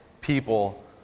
people